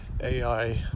AI